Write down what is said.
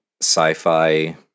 sci-fi